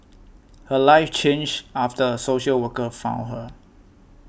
her life changed after a social worker found her